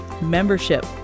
membership